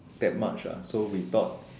that much ah so we thought